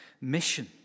mission